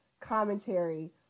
commentary